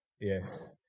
Yes